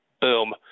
Boom